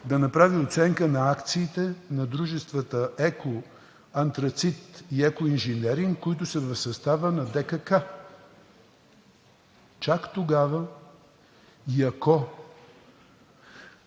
да направи оценка на акциите на дружествата „Еко Антрацит“ и „Екоинженеринг-РМ“, които са в състава на ДКК. Чак тогава и ако,